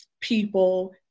people